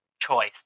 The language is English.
choice